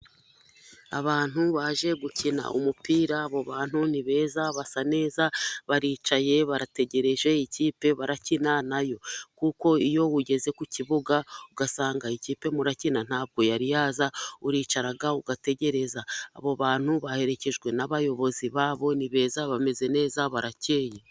Abantu baje gukina umupira, abo bantu ni beza basa neza, baricaye, barategereje ikipe barakina na yo. Kuko iyo ugeze ku kibuga ugasanga ikipe murakina nta bwo yari yaza, uricara ugategereza. Abo bantu baherekejwe n'abayobozi babo ni beza, bameze neza, barakeye.